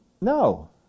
No